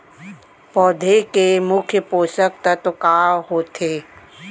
पौधे के मुख्य पोसक तत्व का होथे?